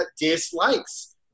dislikes